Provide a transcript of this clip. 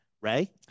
Ray